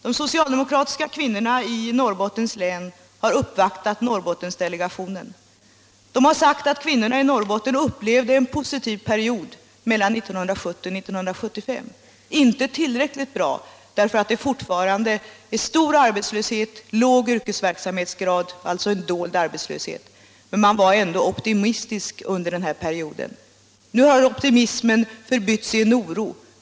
De socialdemokratiska kvinnorna i Norrbottens län har uppvaktat Norrbottendelegationen. De har sagt att kvinnorna i Norrbotten upplevde en positiv period mellan 1970 och 1975 — inte tillräckligt bra, därför att det var fortfarande en låg yrkesverksamhetsgrad, alltså en dold arbetslöshet, men man var ändå optimistisk under den perioden. Nu har optimismen förbytts i en oro.